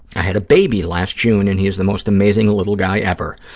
i had a baby last june, and he is the most amazing little guy ever.